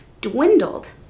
dwindled